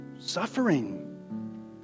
suffering